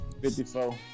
54